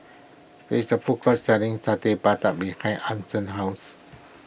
there is a food court selling Satay Babat behind Ason's house